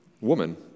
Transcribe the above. Woman